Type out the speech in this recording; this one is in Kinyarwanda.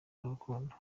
n’urukundo